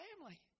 family